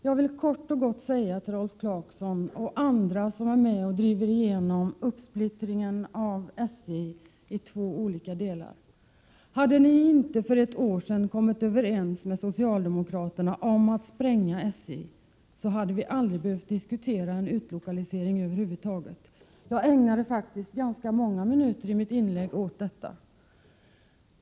Jag vill kort och gott säga till Rolf Clarkson och andra som är med och driver igenom uppsplittringen av SJ i två delar: Hade ni inte för ett år sedan kommit överens med socialdemokraterna om att spränga SJ, hade vi aldrig behövt diskutera en utlokalisering över huvud taget. Jag ägnade faktiskt ganska många minuter av mitt anförande åt detta.